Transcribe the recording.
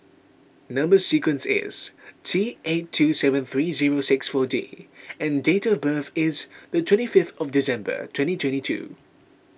Number Sequence is T eight two seven three zero six four D and date of birth is the twenty five of December twenty twenty two